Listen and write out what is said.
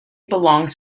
belongs